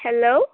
hello